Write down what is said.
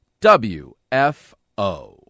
WFO